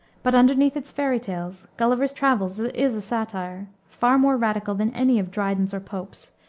but underneath its fairy tales, gulliver's travels is a satire, far more radical than any of dryden's or pope's,